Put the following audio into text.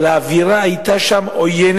אבל האווירה שם היתה עוינת,